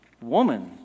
Woman